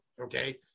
okay